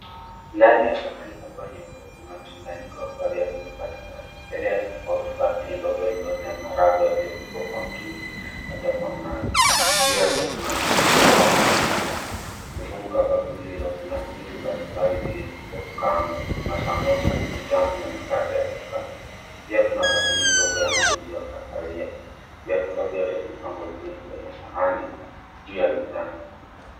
Ndani ya sahani kubwa nyeupe kuna mchanganyiko wa vyakula mbalimbali. Mbele yake kuna bakuli ndogo iloyojaa maharagwe yaliopikwa kwa mchuzi, labda kwa mnazi. Juu yake kuna matabaka na viungo. Kuzunguka bakuli hilo kuna vitu mbalimbali vilivyokaangwa. Kuna samosa, vitambu na mikate ya kusuka. Pia kuna bakuli ndogo ya mchuzi ya kahawia. Vyakula vyote vimepangwa vizuri kwenye sahani juu ya mezani.